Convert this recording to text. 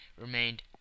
remained